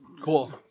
Cool